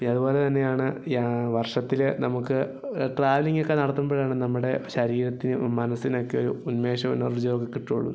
പിന്നെ അതുപോലെ തന്നെയാണ് യാ വർഷത്തില് നമുക്ക് ട്രാവലിംഗൊക്കെ നടത്തുമ്പഴാണ് നമ്മുടെ ശരീരത്തിനും മനസ്സിനൊക്കെ ഒരു ഉന്മേഷം എനർജി ഒക്കെ കിട്ടുകയുള്ളു